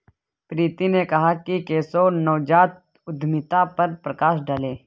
प्रीति ने कहा कि केशव नवजात उद्यमिता पर प्रकाश डालें